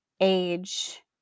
age